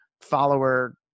follower